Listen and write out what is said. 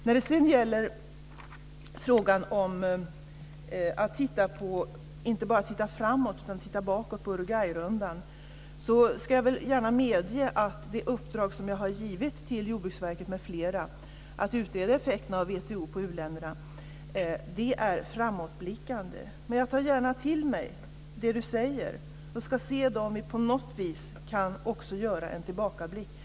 När det sedan gäller frågan om att inte bara titta framåt utan också titta bakåt, på Uruguayrundan, ska jag gärna medge att det uppdrag som jag har givit till på u-länderna är framåtblickande. Men jag tar gärna till mig det Berndt Ekholm säger, och jag ska se om vi på något vis också kan göra en tillbakablick.